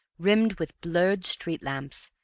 rimmed with blurred street-lamps,